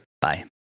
Bye